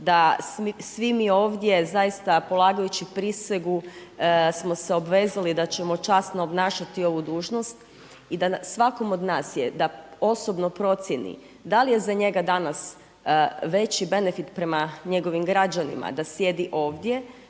da svi mi ovdje, zaista polagajući prisegu smo se obvezali da ćemo časno obnašati ovu dužnost. I da na svakom od nas je da osobno procijeni da li je za njega danas veći benefit prema njegovim građanima da sjedi ovdje